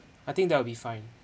I think that will be fine